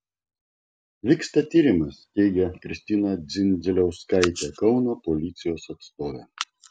vyksta tyrimas teigė kristina dzindziliauskaitė kauno policijos atstovė